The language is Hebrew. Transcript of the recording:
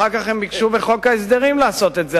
אחר כך הם ביקשו בחוק ההסדרים לעשות את זה,